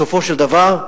בסופו של דבר,